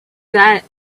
that